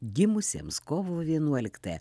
gimusiems kovo vienuoliktąją